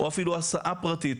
או אפילו הסעה פרטית,